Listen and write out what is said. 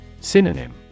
Synonym